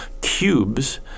cubes